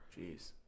Jeez